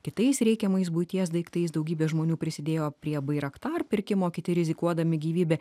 kitais reikiamais buities daiktais daugybė žmonių prisidėjo prie bairaktar pirkimo kiti rizikuodami gyvybe